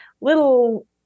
little